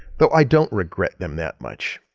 though i don't regret them that much.